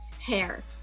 hair